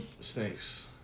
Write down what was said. Snakes